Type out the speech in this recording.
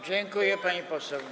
Dziękuję, pani poseł.